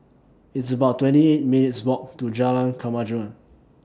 It's about twenty eight minutes' Walk to Jalan Kemajuan